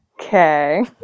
Okay